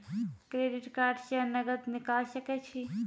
Credit card से नगद निकाल सके छी?